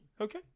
Okay